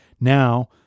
Now